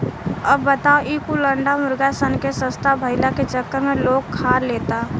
अब बताव ई कुल अंडा मुर्गा सन के सस्ता भईला के चक्कर में लोग खा लेता